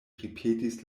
ripetis